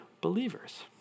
believers